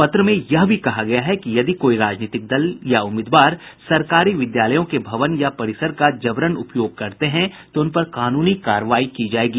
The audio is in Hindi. पत्र में यह भी कहा गया है कि यदि कोई राजनीतिक दल या उम्मीदवार सरकारी विद्यालयों के भवन या परिसर का जबरन उपयोग करते हैं तो उन पर कानूनी कार्रवाई की जायेगी